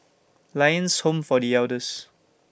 Lions Home For The Elders